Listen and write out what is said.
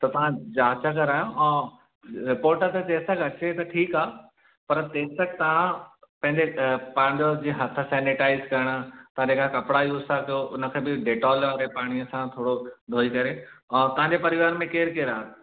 त तव्हां जांच करायो ऐं रिपोर्ट त जेसि तक अचे त ठीक आहे पर तेसि तक तव्हां पंहिंजे पंहिंजो जीअं हथ सैनिटाइज़ करणु तव्हां जेका कपिड़ा यूज़ था कयो उनखे बि डेटॉल वारे पाणीअ सां थोरो धोई करे ऐं तव्हांजे परिवार में केरु केरु आहे